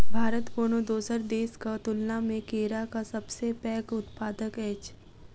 भारत कोनो दोसर देसक तुलना मे केराक सबसे पैघ उत्पादक अछि